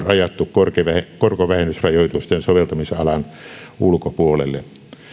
rajattu korkovähennysrajoitusten soveltamisalan ulkopuolelle